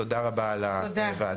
תודה רבה על הוועדה.